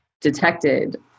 detected